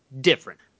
different